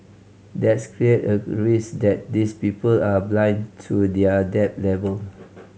that's clear a risk that these people are blind to their debt level